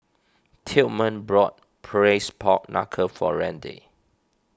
Tillman bought Braised Pork Knuckle for Randi